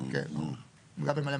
הוא יכול להיות אחד מהשלושה